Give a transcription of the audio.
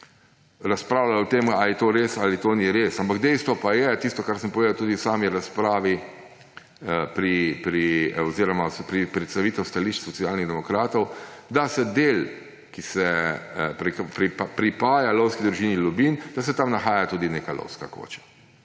razpravljal o tem, ali je to res ali ni res, ampak dejstvo pa je, kar sem povedal tudi v sami razpravi oziroma v predstavitvi stališč Socialnih demokratov, da se na delu, ki se pripoji lovski družini Ljubinj, nahaja tudi neka lovska koča.